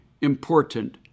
important